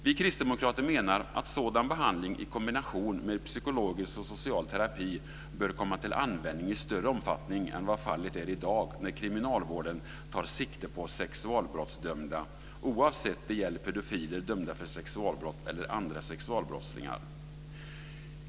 Vi kristdemokrater menar att sådan behandling i kombination med psykologisk och social terapi bör komma till användning i större omfattning än vad som är fallet i dag när kriminalvården tar sikte på sexualbrottsdömda oavsett om det gäller pedofiler dömda för sexualbrott eller andra sexualbrottslingar.